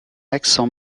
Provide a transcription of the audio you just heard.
accent